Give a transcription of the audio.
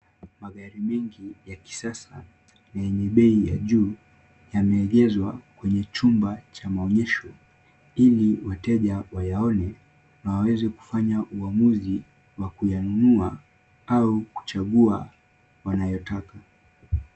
Magari mengi ya kisasa yenye bei ya juu yameegezwa kwenye chumba cha maonyesho, ili wateja wayaone waweze kufanya uamuzi wa kuyanunua au kuchagua wanayotaka.